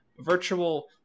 virtual